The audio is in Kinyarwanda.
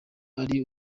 ari